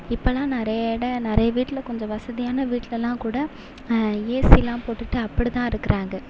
இப்போலாம் நிறையா இட நிறையா வீட்டில் கொஞ்சம் வசதியான வீட்டிலலாம் கூட ஏசிலாம் போட்டுகிட்டு அப்படி தான் இருக்கிறாங்க